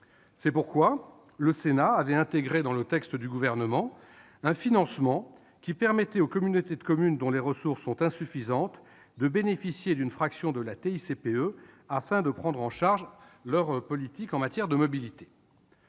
C'est pourquoi le Sénat avait intégré dans le texte du Gouvernement un financement qui permettait aux communautés de communes dont les ressources sont insuffisantes de bénéficier d'une fraction de la TICPE afin de prendre en charge leurs politiques en matière de mobilité.